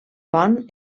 pont